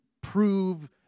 prove